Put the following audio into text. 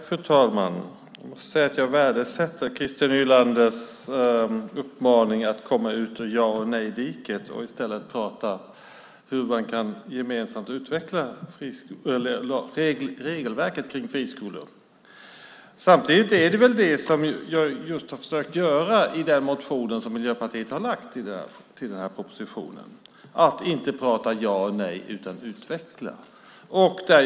Fru talman! Jag måste säga att jag värdesätter Christer Nylanders uppmaning att komma upp ur ja eller nejdiket och i stället prata om hur man gemensamt kan utveckla regelverket kring friskolorna. Samtidigt är det just det Miljöpartiet har försökt göra i vår motion till propositionen: att inte prata ja eller nej utan utveckling.